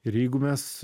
ir jeigu mes